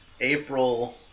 April –